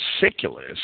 Siculus